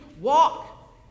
walk